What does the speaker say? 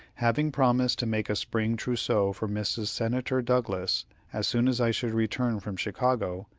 having promised to make a spring trousseau for mrs. senator douglas as soon as i should return from chicago,